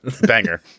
Banger